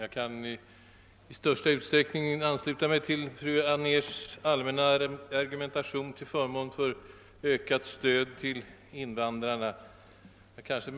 Herr talman! Jag kan i stort ansluta mig till fru Anérs allmänna argumentation till förmån för ökat stöd till invandrarna.